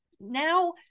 Now